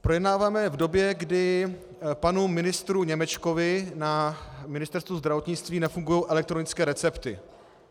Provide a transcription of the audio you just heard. Projednáváme to v době, kdy panu ministru Němečkovi na Ministerstvu zdravotnictví nefungují elektronické recepty,